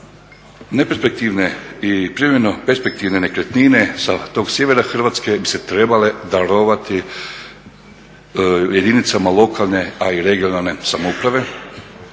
neperspektivne i privremeno perspektivne nekretnine sa tog sjevera Hrvatske bi se trebale darovati jedinicama lokalne a i regionalne samouprave